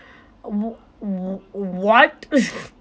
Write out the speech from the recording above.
wh~ wh~ what